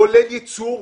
כולל ייצור,